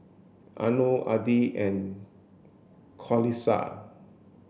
Anuar Adi and Qalisha